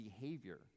behavior